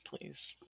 please